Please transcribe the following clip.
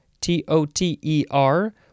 T-O-T-E-R